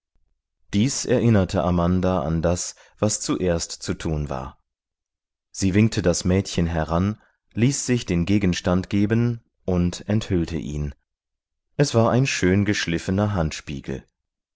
dies erinnerte amanda an das was zuerst zu tun war sie winkte das mädchen heran ließ sich den gegenstand geben und enthüllte ihn es war ein schön geschliffener handspiegel